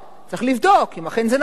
צריך לבדוק אם אכן זה נכון,